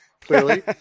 clearly